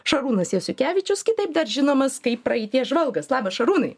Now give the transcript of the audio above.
šarūnas jasiukevičius kitaip dar žinomas kaip praeities žvalgas labas šarūnai